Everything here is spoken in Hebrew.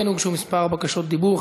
כן הוגשו כמה בקשות דיבור.